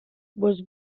was